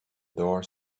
door